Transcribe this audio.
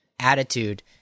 attitude